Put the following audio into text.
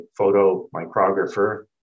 photomicrographer